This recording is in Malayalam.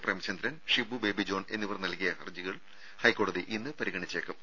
പ്രേമചന്ദ്രൻ ഷിബു ബേബിജോൺ എന്നിവർ നൽകിയ ഹർജികൾ ഹൈക്കോടതി ഇന്ന് പരിഗണിച്ചേക്കും